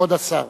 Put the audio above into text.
כבוד השר.